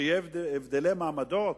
שיהיו הבדלי מעמדות?